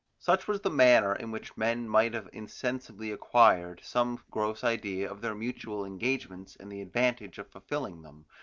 such was the manner in which men might have insensibly acquired some gross idea of their mutual engagements and the advantage of fulfilling them,